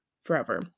forever